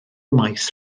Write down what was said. maes